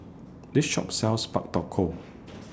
This Shop sells Pak Thong Ko